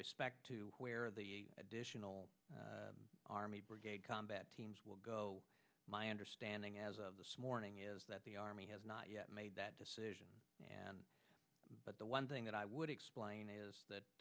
and where the additional army brigade combat teams will go my understanding as of this morning is that the army has not yet made that decision and but the one thing that i would explain is t